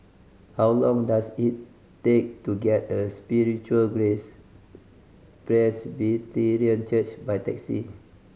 how long does it take to get a Spiritual Grace Presbyterian Church by taxi